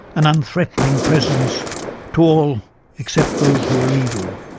an unthreatening presence to all except those who are evil.